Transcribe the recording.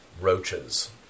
Roaches